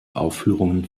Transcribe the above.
aufführungen